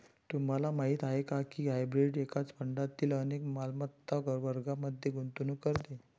तुम्हाला माहीत आहे का की हायब्रीड एकाच फंडातील अनेक मालमत्ता वर्गांमध्ये गुंतवणूक करते?